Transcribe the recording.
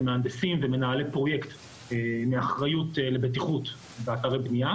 מהנדסים ומנהלי פרויקט מאחריות לבטיחות באתרי בנייה.